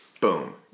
Boom